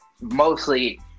mostly